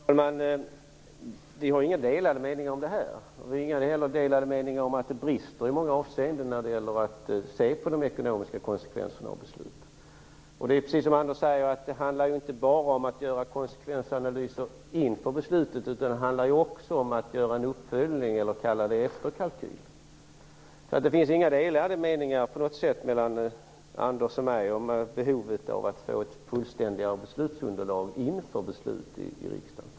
Fru talman! Vi har inga delade meningar om det här. Vi har inga delade meningar om att det brister i många avseenden när det gäller att se på de ekonomiska konsekvenserna av beslut. Precis som Anders G Högmark säger, handlar det inte bara om att göra konsekvensanalyser inför beslutet. Det handlar också om att göra en uppföljning, eller vi kanske skall kalla det efterkalkyl. Det finns inga delade meningar mellan Anders G Högmark och mig om behovet av att få ett fullständigare beslutsunderlag inför beslut i riksdagen.